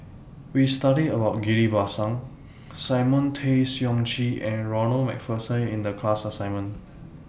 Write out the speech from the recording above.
We studied about Ghillie BaSan Simon Tay Seong Chee and Ronald MacPherson in The class assignment